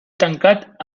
tancat